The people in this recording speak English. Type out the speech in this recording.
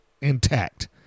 intact